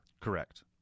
Correct